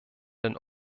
den